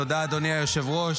תודה, אדוני היושב-ראש.